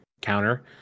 counter